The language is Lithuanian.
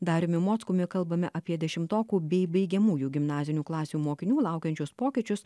dariumi mockumi kalbame apie dešimtokų bei baigiamųjų gimnazinių klasių mokinių laukiančius pokyčius